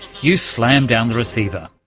you slammed down the receiver.